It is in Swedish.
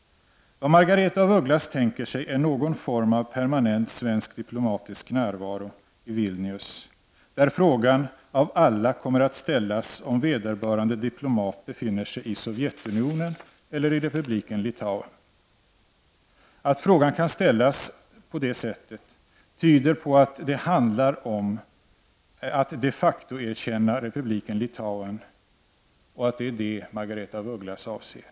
Vad Margaretha af Ugglas tänker sig är någon form av permanent svensk diplomatisk närvaro i Vilnius. Den fråga av alla som då kommer att ställas är om vederbörande diplomat befinner sig i Sovjetunionen eller i republiken Litauen, Att frågan kan ställas på det sättet tyder på att det handlar om att de facto erkänna republiken Litauen och att det är det som Margaretha af Ugglas avser.